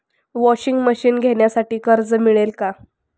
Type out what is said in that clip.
Washing machine घेण्यासाठी कर्ज मिळेल का?